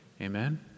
Amen